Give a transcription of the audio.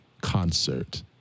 concert